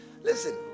Listen